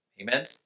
Amen